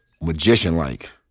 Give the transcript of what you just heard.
magician-like